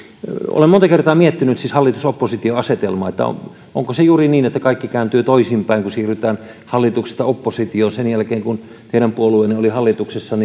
olen monta kertaa miettinyt hallitus oppositio asetelmaa että onko se juuri niin että kaikki kääntyy toisin päin kun siirrytään hallituksesta oppositioon sen jälkeen kun teidän puolueenne oli hallituksessa